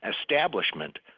establishment